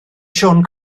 siôn